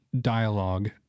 dialogue